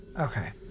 Okay